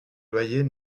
loyers